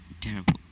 terrible